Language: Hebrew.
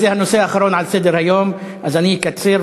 זה הנושא האחרון על סדר-היום אז אני אקצר,